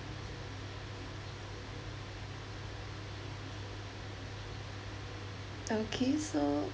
okay so